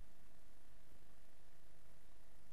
מאוד,